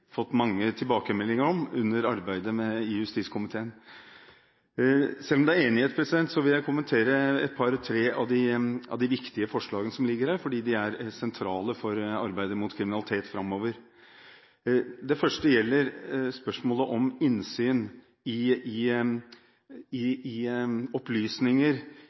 fått mange tilbakemeldinger om under arbeidet i komiteen. Selv om det er enighet, vil jeg kommentere et par–tre av de viktige forslagene som ligger her, for de er sentrale i arbeidet mot kriminalitet framover. Det første gjelder innsyn i opplysninger